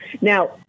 Now